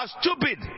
stupid